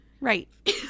Right